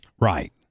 Right